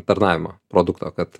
aptarnavimą produkto kad